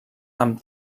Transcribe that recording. amb